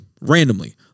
Randomly